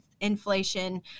inflation